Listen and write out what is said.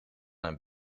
hem